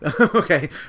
Okay